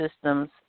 systems